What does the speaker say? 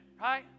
Right